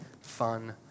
fun